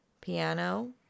piano